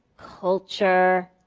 culture,